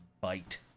bite